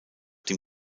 dem